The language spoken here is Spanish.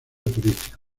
turístico